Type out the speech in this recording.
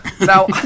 Now